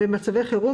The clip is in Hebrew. במצבי חירום,